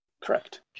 Correct